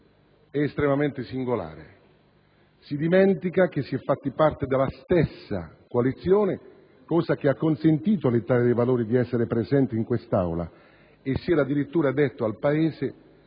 è estremamente singolare; si dimentica che si è fatto parte della stessa coalizione, cosa che ha consentito all'Italia dei Valori di essere presente in questa Aula, e che si era addirittura detto al Paese